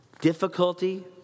difficulty